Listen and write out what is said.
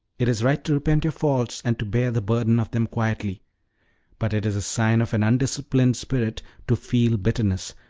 it is right to repent your faults, and to bear the burden of them quietly but it is a sign of an undisciplined spirit to feel bitterness,